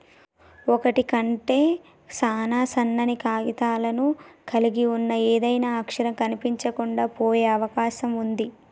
ఒకటి కంటే సాన సన్నని కాగితాలను కలిగి ఉన్న ఏదైనా అక్షరం కనిపించకుండా పోయే అవకాశం ఉంది